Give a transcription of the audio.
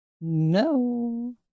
No